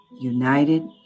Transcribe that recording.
united